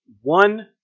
One